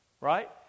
right